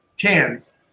cans